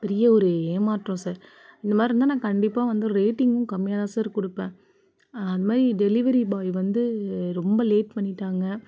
பெரிய ஒரு ஏமாற்றம் சார் இந்த மாதிரி இருந்தால் நான் கண்டிப்பாக வந்து ரேட்டிங்கும் கம்மியாகதான் சார் கொடுப்பேன் அது மாதிரி டெலிவரி பாய் வந்து ரொம்ப லேட் பண்ணிவிட்டாங்க